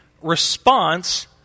response